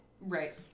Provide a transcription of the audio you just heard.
Right